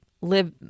live